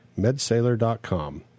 medsailor.com